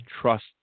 trust